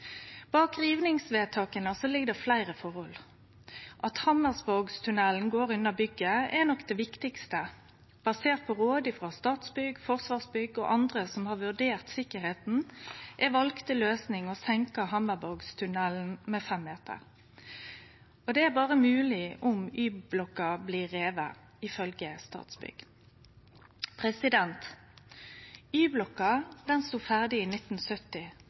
Bak rivingsvedtaka ligg det fleire forhold. At Hammersborgtunnelen går under bygget, er nok det viktigaste. Basert på råd frå Statsbygg, Forsvarsbygg og andre som har vurdert sikkerheita, er den valde løysinga å senke Hammersborgtunnelen med 5 meter. Det er berre mogleg dersom Y-blokka blir riven, ifølgje Statsbygg. Y-blokka sto ferdig i 1970.